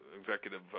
executive